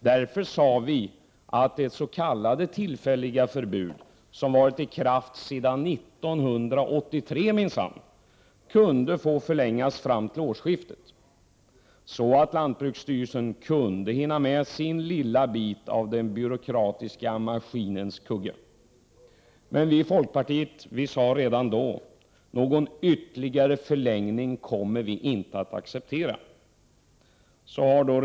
Därför sade vi i folkpartiet att det s.k. tillfälliga förbudet, som minsann varit i kraft sedan 1983, kunde förlängas fram till årsskiftet. Då kan lantbruksstyrelsen hinna med sin lilla bit i den byråkratiska maskinens kugge. Vi sade redan då i folkpartiet att vi inte kommer att acceptera någon ytterligare förlängning.